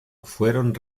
fueron